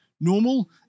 normal